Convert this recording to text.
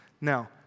Now